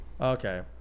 Okay